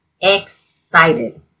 excited